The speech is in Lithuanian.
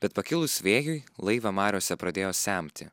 bet pakilus vėjui laivą mariose pradėjo semti